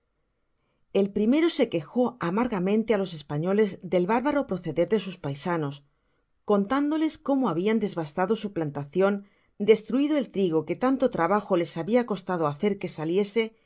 el primero se quejó amargamente á los españoles del bárbaro proceder de sus paisanos contándoles como habian des vastado su plantacion destruido el trigo que tanto trabajo les habia costado hacer que saliese y